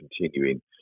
continuing